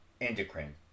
endocrine